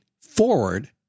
forward